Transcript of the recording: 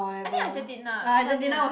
I think Argentina something else